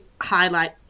highlight